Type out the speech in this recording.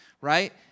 Right